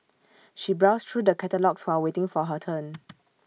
she browsed through the catalogues while waiting for her turn